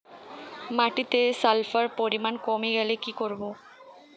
মাটিতে সালফার পরিমাণ কমে গেলে কি করব?